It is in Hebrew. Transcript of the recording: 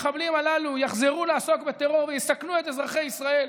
המחבלים הללו יחזרו לעסוק בטרור ויסכנו את אזרחי ישראל,